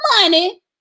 money